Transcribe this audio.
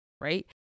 Right